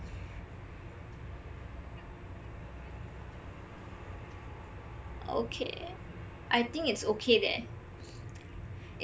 okay I think it's okay then